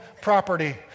property